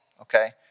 Okay